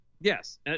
Yes